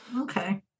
Okay